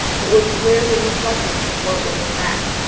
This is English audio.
but would be wary and reflective before it would attack.